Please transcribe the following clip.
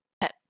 pet